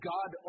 God